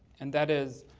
and that is,